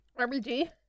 rbg